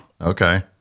Okay